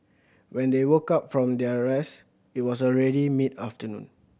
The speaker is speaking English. when they woke up from their rest it was already mid afternoon